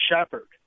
Shepherd